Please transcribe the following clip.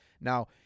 now